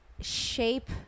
shape